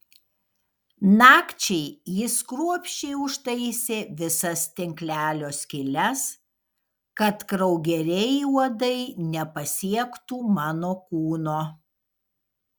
nakčiai jis kruopščiai užtaisė visas tinklelio skyles kad kraugeriai uodai nepasiektų mano kūno